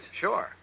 Sure